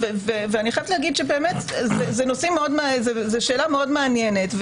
ואני חייבת להגיד שבאמת זאת שאלה מאוד מעניינת.